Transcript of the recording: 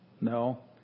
No